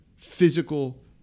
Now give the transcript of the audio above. physical